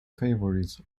favorites